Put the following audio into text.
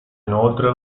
inoltre